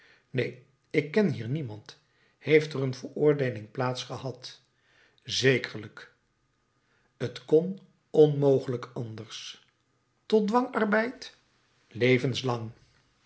neen ik ken hier niemand heeft er een veroordeeling plaats gehad zekerlijk t kon onmogelijk anders tot dwangarbeid levenslang